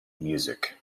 music